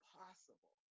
possible